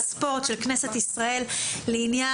התרבות והספורט של כנסת ישראל בהצעת